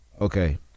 Okay